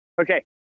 Okay